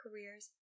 careers